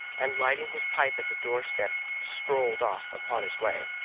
and lighting his pipe at the doorstep, strolled off upon his way.